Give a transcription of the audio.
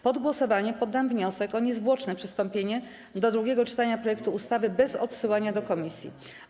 Pod głosowanie poddam wniosek o niezwłoczne przystąpienie do drugiego czytania projektu ustawy bez odsyłania do komisji.